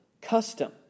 custom